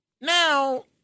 Now